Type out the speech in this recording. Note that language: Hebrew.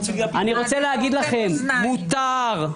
מותר,